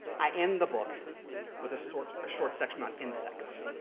i end the book with a sort of short section on insects.